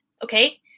Okay